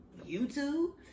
YouTube